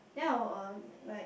then I will uh like